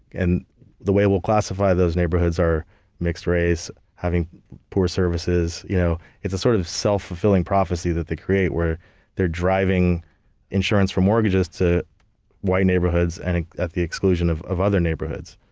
and the way will classify those neighborhoods are mixed race, having poor services. you know it's a sort of self-fulfilling prophecy that they create where they're driving insurance for mortgages to white neighborhoods and ah at the exclusion of of other neighborhoods.